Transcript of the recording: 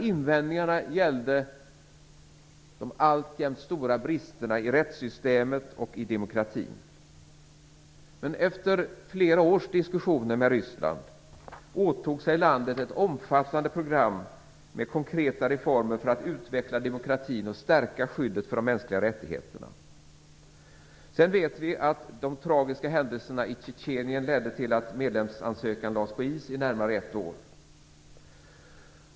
Invändningarna gällde de alltjämt stora bristerna i rättssystemet och demokratin. Efter flera års diskussioner med Ryssland åtog sig landet att genomföra ett omfattande program med konkreta reformer för att utveckla demokratin och stärka skyddet för de mänskliga rättigheterna. Vi vet att de tragiska händelserna i Tjetjenien ledde till att medlemsansökan lades på is i närmare ett år.